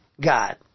God